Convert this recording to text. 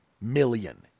million